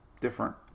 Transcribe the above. different